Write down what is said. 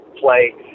play